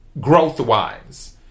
growth-wise